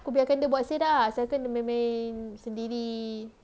aku biar kan dia buat selerak lah asalkan dia main-main sendiri